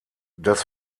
das